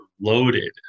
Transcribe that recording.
loaded